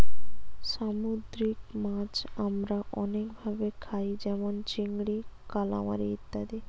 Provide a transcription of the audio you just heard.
সামুদ্রিক মাছ আমরা অনেক ভাবে খাই যেমন চিংড়ি, কালামারী ইত্যাদি